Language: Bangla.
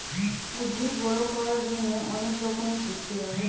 উদ্ভিদ বড় করার জন্যে অনেক রকমের পুষ্টি লাগে